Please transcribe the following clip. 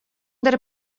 der